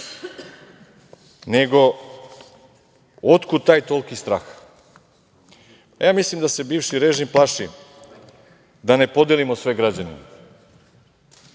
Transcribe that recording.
otkud taj toliki strah? Ja mislim da se bivši režim plaši da ne podelimo sve građanima,